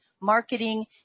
marketing